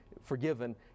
forgiven